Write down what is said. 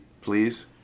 please